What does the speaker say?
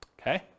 okay